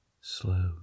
Slow